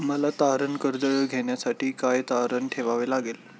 मला तारण कर्ज घेण्यासाठी काय तारण ठेवावे लागेल?